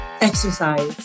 exercise